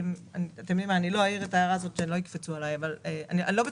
אני לא בטוחה שהשכר זו הבעיה.